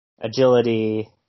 agility